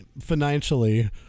financially